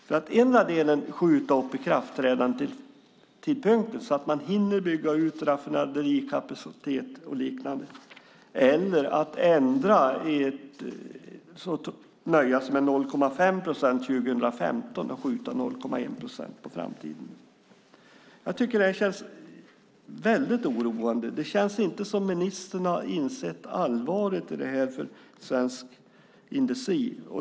Endera för att skjuta upp ikraftträdandetidpunkten så att man hinner bygga ut raffinaderikapacitet eller liknande, eller för att nöja sig med 0,5 procent 2015 och skjuta 0,1 procent på framtiden. Det här känns oroande. Det känns inte som om ministern har insett allvaret i detta för svensk industri.